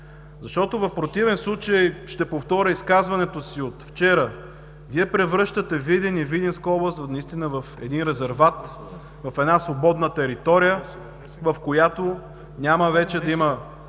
Защото в противен случай – ще повтаря изказването си от вчера, Вие превръщате Видин и Видинска област наистина в един резерват, в една свободна територия, в която няма вече да има